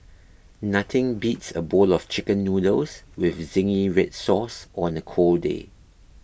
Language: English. nothing beats a bowl of Chicken Noodles with Zingy Red Sauce on a cold day